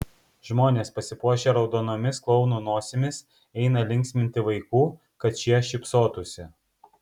žmonės pasipuošę raudonomis klounų nosimis eina linksminti vaikų kad šie šypsotųsi